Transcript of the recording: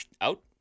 out